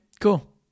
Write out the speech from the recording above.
cool